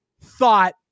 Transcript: thought